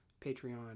Patreon